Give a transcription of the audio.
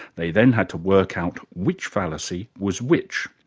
they then had to work out which fallacy was which.